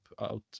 out